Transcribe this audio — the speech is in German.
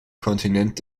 kontinent